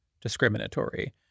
discriminatory